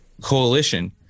coalition